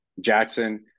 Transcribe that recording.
Jackson